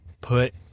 put